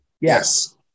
Yes